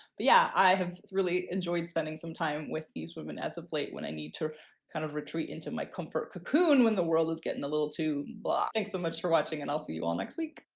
yeah i have really enjoyed spending some time with these women as of late when i need to kind of retreat into my comfort cocoon when the world is getting a little too blah. thanks so much for watching and i'll see you all next week.